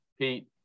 Pete